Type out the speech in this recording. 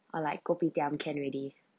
or like kopitiam can already